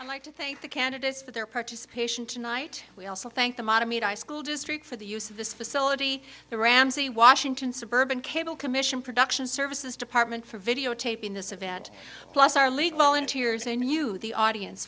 i'd like to thank the candidates for their participation tonight we also thank them on a meet i school district for the use of this facility the ramsey washington suburban cable commission production services department for videotaping this event plus our legal in tears and you the audience